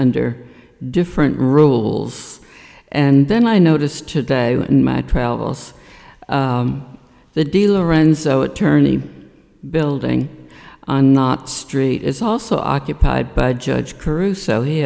under different rules and then i notice today in my travels the dealer renzo attorney building on not street is also occupied by judge caruso he